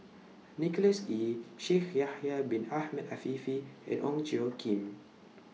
Nicholas Ee Shaikh Yahya Bin Ahmed Afifi and Ong Tjoe Kim